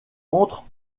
entre